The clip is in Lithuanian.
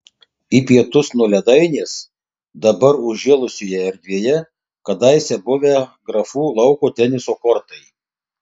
į pietus nuo ledainės dabar užžėlusioje erdvėje kadaise buvę grafų lauko teniso kortai